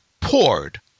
poured